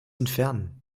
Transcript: entfernen